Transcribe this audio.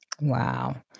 Wow